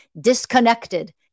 disconnected